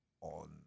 on